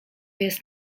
jest